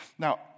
Now